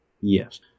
Yes